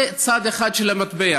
זה צד אחד של המטבע.